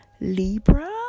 libra